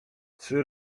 trzy